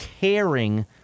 caring